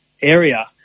area